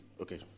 okay